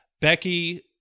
becky